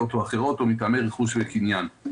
או אחרות או מטעמי רכוש וקניין".